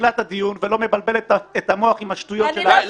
בתחילת הדיון, ולא מבלבלת את המוח עם השטויות שלך.